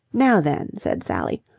now, then, said sally,